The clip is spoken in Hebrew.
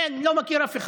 אין, לא מכיר אף אחד.